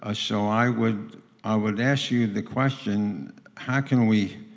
ah so i would i would ask you the question how can we